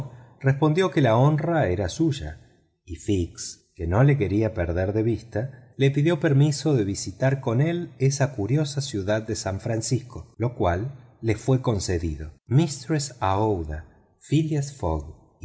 respondió que la honra era suya y fix que no lo quería perder de vista le pidió permiso de visitar con él esa curiosa ciudad de san francisco lo cual fue concedido mistress aouida phileas